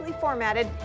formatted